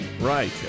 right